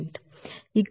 ఇక్కడ ప్రెషర్ 643